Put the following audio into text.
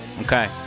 Okay